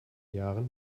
jahren